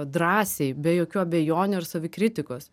drąsiai be jokių abejonių ir savikritikos